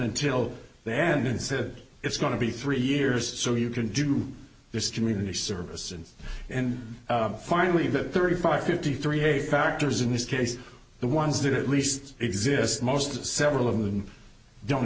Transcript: until the end and said it's going to be three years so you can do this community service and and finally the thirty five fifty three a factors in this case the ones that at least exist most several of them don't